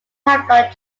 haploid